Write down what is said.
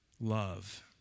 love